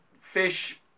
fish